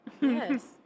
Yes